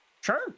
sure